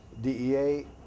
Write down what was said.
DEA